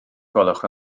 gwelwch